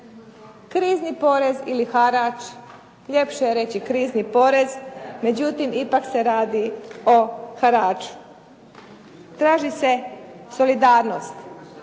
Krizni porez ili harač, ljepše je reći krizni porez, međutim ipak se radi o haraču. Traži se solidarnost.